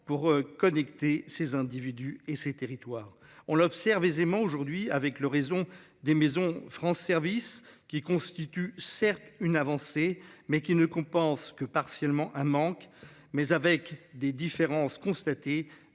pour connecter ces individus et ces territoires on l'observe aisément aujourd'hui avec l'horizon des maison France Service qui constitue certes une avancée mais qui ne compense que partiellement un manque mais avec des différences constatées